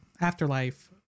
afterlife